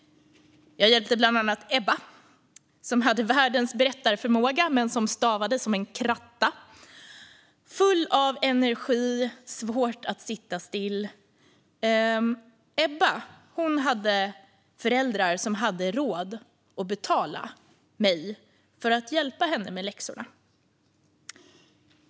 Jag hjälpte bland annat Ebba som hade världens berättarförmåga men som stavade som en kratta. Hon var full av energi och hade svårt att sitta still. Ebbas föräldrar hade råd att betala mig för att hjälpa henne med läxorna.